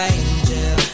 angel